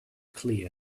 clear